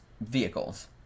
vehicles